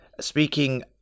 Speaking